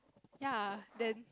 ya then